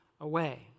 away